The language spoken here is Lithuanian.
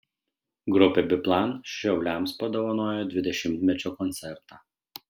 grupė biplan šiauliams padovanojo dvidešimtmečio koncertą